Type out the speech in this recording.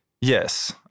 yes